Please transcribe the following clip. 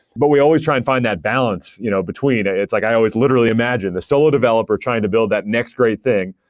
but we always try and find that balance you know between. it's like i always literally imagine the solo developer trying to build that next great thing.